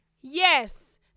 yes